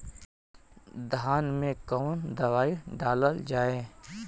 धान मे कवन दवाई डालल जाए?